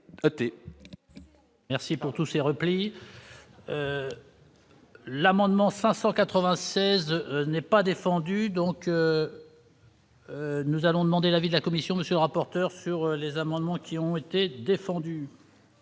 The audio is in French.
Merci pour tous ces replis. L'amendement 596 n'est pas défendue donc. Nous allons demander l'avis de la Commission, monsieur, rapporteur sur les amendements qui ont été défendus.